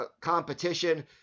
competition